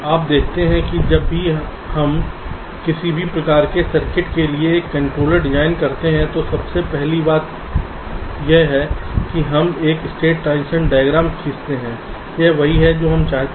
आप देखते हैं कि जब भी हम किसी भी प्रकार के सर्किट के लिए एक कंट्रोलर डिज़ाइन करते हैं तो सबसे पहली बात यह है कि हम एक स्टेट ट्रांजिशन डायग्राम खींचते हैं यह वही है जो हम चाहते हैं